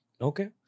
Okay